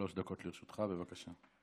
אדוני, שלוש דקות לרשותך, בבקשה.